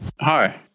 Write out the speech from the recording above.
Hi